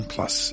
Plus